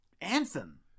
anthem